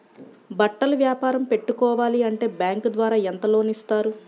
బట్టలు వ్యాపారం పెట్టుకోవాలి అంటే బ్యాంకు ద్వారా ఎంత లోన్ ఇస్తారు?